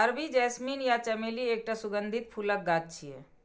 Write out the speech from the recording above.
अरबी जैस्मीन या चमेली एकटा सुगंधित फूलक गाछ छियै